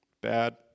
Bad